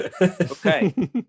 okay